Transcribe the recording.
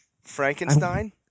Frankenstein